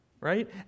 Right